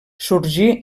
sorgí